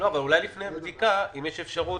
אולי לפני הבדיקה אם יש אפשרות.